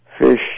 fish